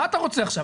מה אתה רוצה עכשיו?